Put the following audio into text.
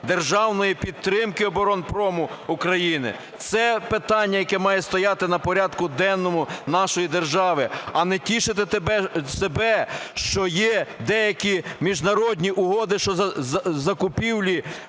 державної підтримки оборонпрому України. Це питання, яке має стояти на порядку денному нашої держави, а не тішити себе, що є деякі міжнародні угоди щодо закупівлі